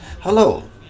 Hello